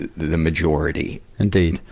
the majority. indeed.